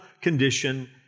condition